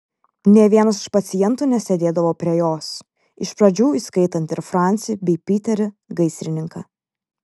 nė vienas iš pacientų nesėdėdavo prie jos iš pradžių įskaitant ir francį bei piterį gaisrininką